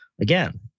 Again